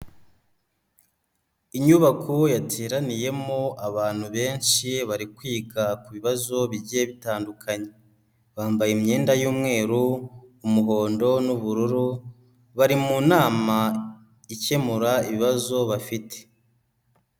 Inyubako yateraniyemo abantu benshi bari kwiga ku bibazo bigiye bitandukanye, bambaye imyenda y'umweru, umuhondo n'ubururu, bari mu nama ikemura ibibazo bafite.